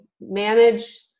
manage